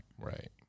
Right